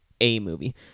A-movie